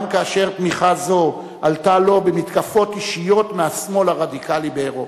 גם כאשר תמיכה זו עלתה לו במתקפות אישיות מהשמאל הרדיקלי באירופה.